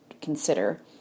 consider